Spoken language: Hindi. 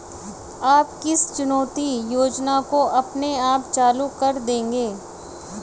आप किस चुकौती योजना को अपने आप चालू कर देंगे?